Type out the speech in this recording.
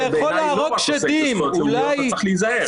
שבעיניי לא רק עוסק בזכויות לאומיות אז צריך להיזהר.